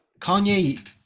Kanye